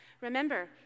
Remember